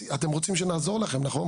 אתם רוצים שנעזור לכם, נכון?